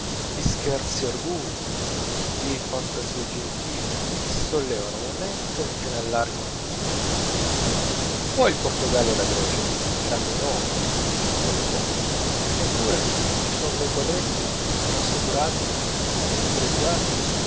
di scherzi arguti di fantasie gentili che sollevano la mente ed allargano il cuore poi il portogallo e la grecia grandi nomi piccole cose eppure ci son dei quadretti trascurati e spregiati